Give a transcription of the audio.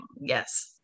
Yes